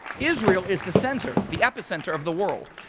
israel is the center, the epicenter of the world.